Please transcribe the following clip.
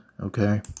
okay